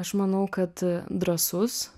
aš manau kad drąsus